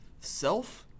self